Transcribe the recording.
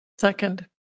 Second